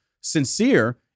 sincere